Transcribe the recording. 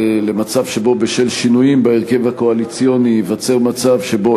למצב שבו בשל שינויים בהרכב הקואליציוני ייווצר מצב שבו,